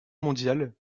mondiale